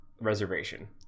reservation